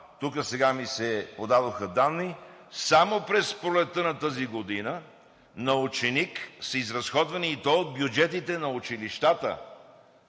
там… Сега ми се подадоха данни, че само през пролетта на тази година за ученик са изразходвани – и то от бюджетите на училищата,